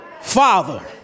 Father